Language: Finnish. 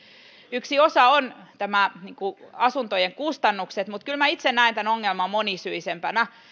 yksi osa on asuntojen kustannukset mutta kyllä minä itse näen tämän ongelman monisyisempänä